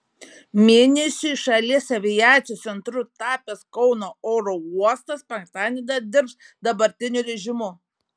mėnesiui šalies aviacijos centru tapęs kauno oro uostas penktadienį dar dirbs dabartiniu režimu